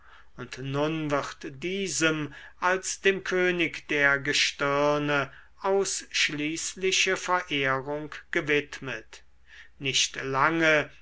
und nun wird diesem als dem könig der gestirne ausschließliche verehrung gewidmet nicht lange